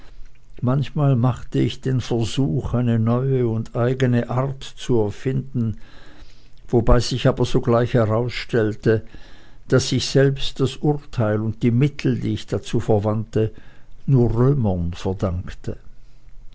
manchmal machte ich den versuch eine neue und eigene art zu erfinden wobei sich aber sogleich herausstellte daß ich selbst das urteil und die mittel die ich dazu verwandte nur römern verdankte